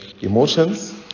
emotions